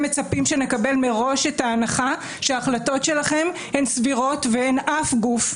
מצפים שנקבל מראש את ההנחה שההחלטות שלכם הן סבירות ואין אף גוף,